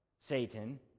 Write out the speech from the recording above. Satan